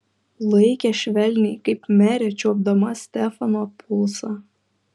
laikė švelniai kaip merė čiuopdama stefano pulsą